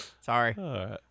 Sorry